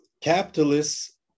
capitalists